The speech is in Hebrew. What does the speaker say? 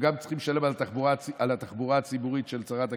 הם גם צריכים לשלם על התחבורה הציבורית של שרת הכבישות,